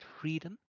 freedom